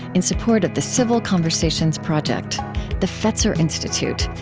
in support of the civil conversations project the fetzer institute,